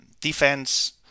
defense